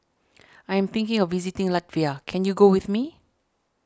I am thinking of visiting Latvia can you go with me